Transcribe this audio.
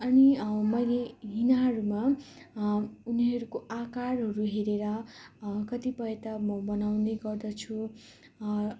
अनि मैले यहाँहरूमा उनीहरूको आकारहरू हेरेर कतिपय त म बनाउने गर्दछु